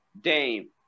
Dame